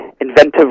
inventive